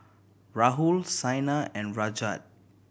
Rahul Saina and Rajat